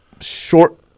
short